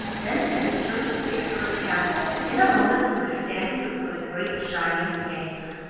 then teddy turned his face toward the castle, and in a moment he was standing before the great shining gates.